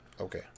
okay